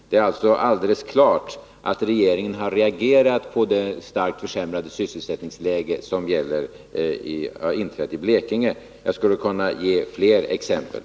Det är alltså alldeles klart att regeringen har reagerat på det starkt försämrade sysselsättningsläge som har inträtt i Blekinge. Jag skulle kunna ge fler exempel.